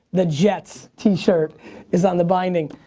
the jets t-shirt is on the binding.